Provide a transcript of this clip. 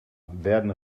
werden